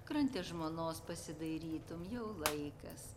krante žmonos pasidairytum jau laikas